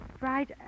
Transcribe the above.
Right